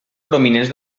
prominents